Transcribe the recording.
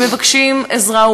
ומבקשים עזרה,